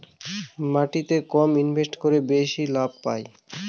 মাটিতে কম ইনভেস্ট করে বেশি লাভ পাই